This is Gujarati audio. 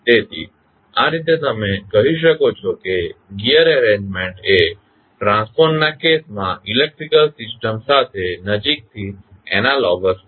તેથી આ રીતે તમે કહી શકો છો કે ગિઅર એરેંજ્મેન્ટ એ ટ્રાન્સફોર્મરના કેસમાં ઇલેક્ટ્રીકલ સિસ્ટમ સાથે નજીકથી એનાલોગસ છે